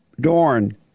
Dorn